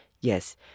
Yes